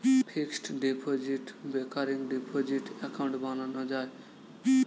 fixed deposit, recurring deposit account বানানো যায়